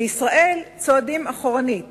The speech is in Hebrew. בישראל צועדים אחורנית